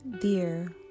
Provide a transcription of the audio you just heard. Dear